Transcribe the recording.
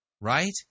Right